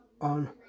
on